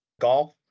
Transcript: Golf